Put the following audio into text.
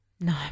No